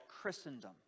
Christendom